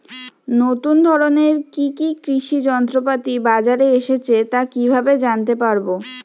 নতুন ধরনের কি কি কৃষি যন্ত্রপাতি বাজারে এসেছে তা কিভাবে জানতেপারব?